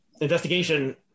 investigation